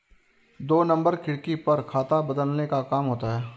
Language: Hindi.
दो नंबर खिड़की पर खाता बदलने का काम होता है